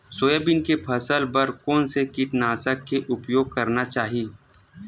Soybean के फसल बर कोन से कीटनाशक के उपयोग करना चाहि?